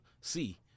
see